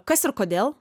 kas ir kodėl